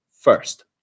first